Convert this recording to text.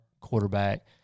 quarterback